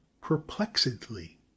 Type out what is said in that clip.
perplexedly